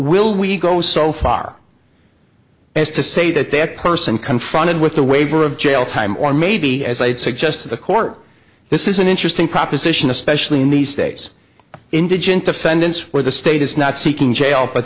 will we go so far as to say that that person confronted with the waiver of jail time or maybe as i had suggested the court this is an interesting proposition especially in these states indigent defendants where the state is not seeking jail but